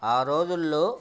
ఆ రోజుల్లో